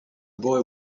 boy